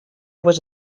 was